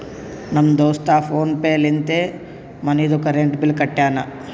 ನಮ್ ದೋಸ್ತ PhonePe ಲಿಂತೆ ಮನಿದು ಕರೆಂಟ್ ಬಿಲ್ ಕಟ್ಯಾನ್